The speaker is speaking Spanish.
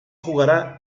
jugará